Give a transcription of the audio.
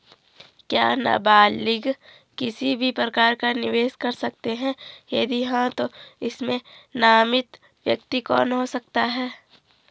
क्या नबालिग किसी भी प्रकार का निवेश कर सकते हैं यदि हाँ तो इसमें नामित व्यक्ति कौन हो सकता हैं?